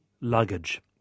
luggage